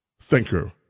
thinker